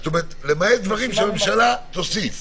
זאת אומרת למעט דברים שהממשלה תוסיף.